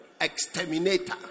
Exterminator